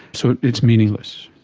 so it's meaningless.